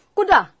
Kuda